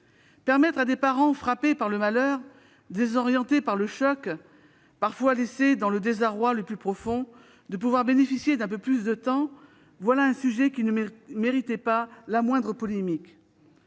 Permettre à des parents frappés par le malheur, désorientés par le choc, parfois laissés dans le désarroi le plus profond, de bénéficier d'un peu plus de temps, voilà un sujet qui ne méritait pas la moindre polémique.